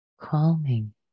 calming